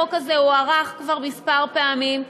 החוק הזה הוארך כבר כמה פעמים,